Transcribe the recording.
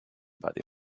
body